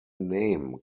name